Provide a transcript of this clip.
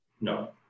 No